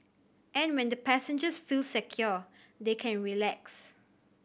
and when the passengers feel secure they can relax